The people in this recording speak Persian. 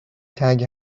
تنگ